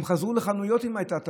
הם חזרו לחנויות אם הייתה טעות.